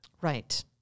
Right